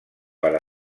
per